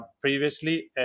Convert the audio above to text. previously